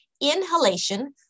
inhalation